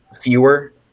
fewer